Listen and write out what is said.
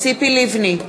ציפי לבני,